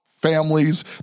families